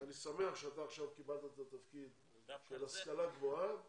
אני שמח שאתה עכשיו קיבלת את התפקיד של ההשכלה הגבוהה